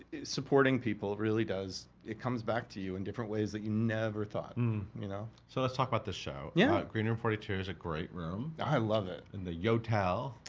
supporting people really does, it comes back to you in different ways that you never thought. and you know so let's talk about this show. yeah green room forty two is a great room. i love it. in the yotel.